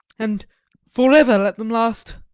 and for ever let them last!